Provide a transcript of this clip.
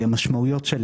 מה המשמעויות של